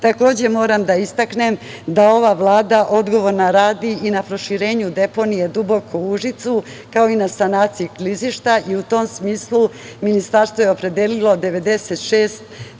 evra. Takođe moram da istaknem da ova Vlada odgovorna radi i na proširenju deponije Duboko u Užicu, kao i na sanaciji klizišta i u tom smislu, Ministarstvo je opredelilo 96 miliona